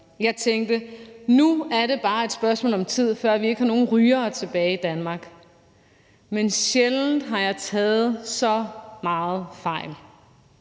Jeg tænkte: Nu er det bare et spørgsmål om tid, før vi ikke har nogen rygere tilbage i Danmark. Men sjældent har jeg taget så meget fejl.